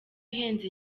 ihenze